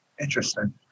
Interesting